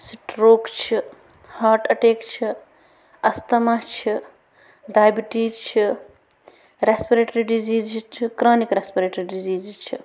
stroke چھِ heart attack چھِ asthma چھِ ڈایبِٹیٖز چھِ رٮ۪سپِریٹری ڈِزیٖزٕز چھِ کرٛونِک رٮ۪سپِریٹری ڈِزیٖزٕز چھِ